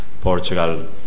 Portugal